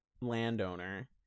landowner